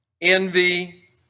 envy